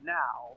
now